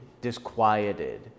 disquieted